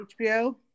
HBO